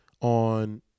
on